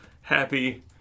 happy